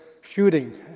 shooting